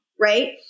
right